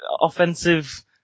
offensive